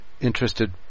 interested